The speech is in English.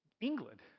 England